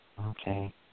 Okay